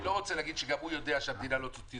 אני לא רוצה להגיד שגם הוא יודע שהמדינה לא תיתן